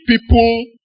People